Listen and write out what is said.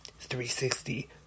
360